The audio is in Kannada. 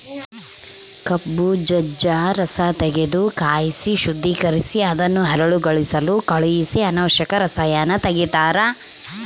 ಕಬ್ಬು ಜಜ್ಜ ರಸತೆಗೆದು ಕಾಯಿಸಿ ಶುದ್ದೀಕರಿಸಿ ಅದನ್ನು ಹರಳುಗೊಳಿಸಲು ಕಳಿಹಿಸಿ ಅನಾವಶ್ಯಕ ರಸಾಯನ ತೆಗಿತಾರ